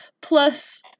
Plus